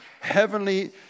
heavenly